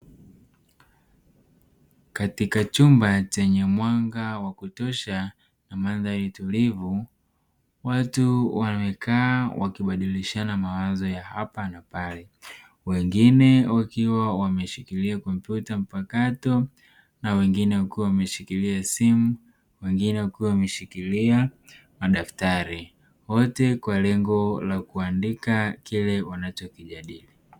Katika chumba chenye mwanga wa kutosha na mandhari tulivu, watu wamekaa wakibadilishana mawazo ya hapa na pale, wengine wakiwa wameshikilia kompyuta mpakato na wengine wakiwa wameshikilia simu, wengine wakiwa wameshikilia madftari wote kwa lengo la kuandika kile wanacho kijadili.